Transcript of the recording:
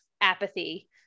apathy